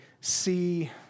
see